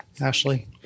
Ashley